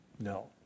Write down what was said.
No